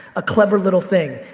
a clever little thing.